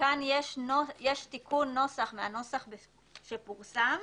וכאן יש תיקון נוסח מהנוסח שפורסם,